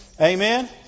Amen